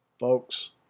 Folks